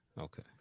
Okay